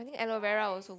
I think aloe vera also good